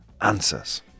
answers